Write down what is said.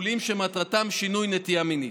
טיפולים שמטרתם שינוי נטייה מינית.